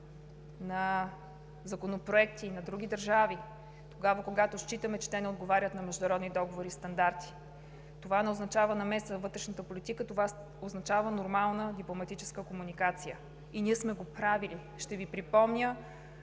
на законопроекти и на други държави, когато считаме, че те не отговарят на международни договори и стандарти. Това не означава намеса във вътрешната политика, това означава нормална дипломатическа комуникация. И ние сме го правили. Ще Ви припомня